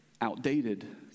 outdated